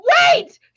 Wait